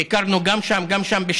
ביקרנו גם שם וגם שם,